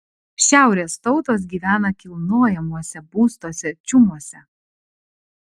šiaurės tautos gyvena kilnojamuose būstuose čiumuose